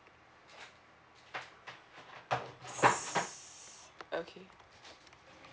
okay